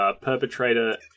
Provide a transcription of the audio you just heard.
Perpetrator